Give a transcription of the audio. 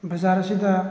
ꯕꯖꯥꯔ ꯑꯁꯤꯗ